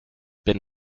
been